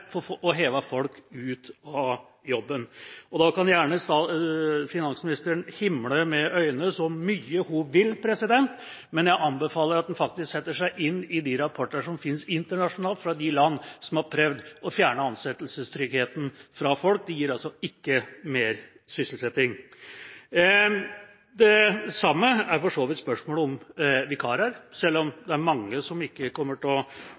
få hivd folk ut av jobben. Finansministeren kan gjerne himle med øynene så mye hun vil, men jeg anbefaler at man faktisk setter seg inn i de rapporter som finnes internasjonalt, fra de landene som har prøvd å fjerne ansettelsestryggheten fra folk. Det gir ikke mer sysselsetting. Det samme gjelder for så vidt spørsmålet om vikarer, selv om det er mange som ikke kommer til å bli berørt av det forslaget som gjelder å skulle gi mulighet for å